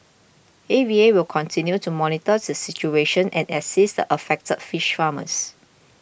A V A will continue to monitor the situation and assist the affected fish farmers